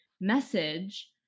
message